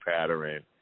pattern